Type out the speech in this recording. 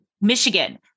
Michigan